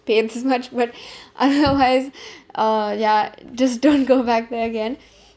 pay as much but otherwise uh ya just don't go back there again